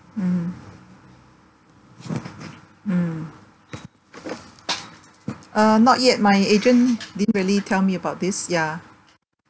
mm mm uh not yet my agent didn't really tell me about this ya